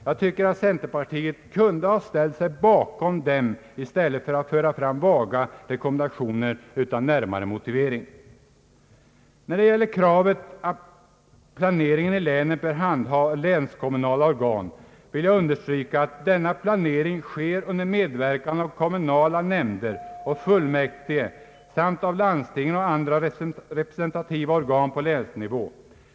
Jag tycker att centerpartiet kunde ha ställt sig bakom den i stället för att föra fram vaga rekommendationer utan närmare motivering. När det gäller kravet att planeringen i länen bör handhas av länskommunala organ vill jag understryka att denna planering sker under medverkan av kommunala nämnder och fullmäktige samt av landstingen och andra representativa organ på länsnivå.